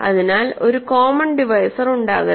അതിനാൽ ഒരു common divisor ഉണ്ടാകരുത്